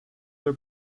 were